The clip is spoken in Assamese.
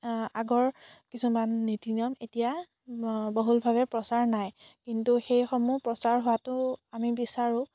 আগৰ কিছুমান নীতি নিয়ম এতিয়া বহুলভাৱে প্ৰচাৰ নাই কিন্তু সেইসমূহ প্ৰচাৰ হোৱাটো আমি বিচাৰোঁ